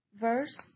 verse